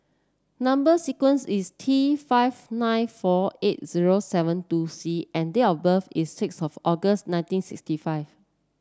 number sequence is T five nine four eight zero seven two C and date of birth is six of August nineteen sixty five